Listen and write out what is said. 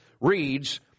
reads